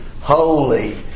holy